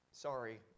Sorry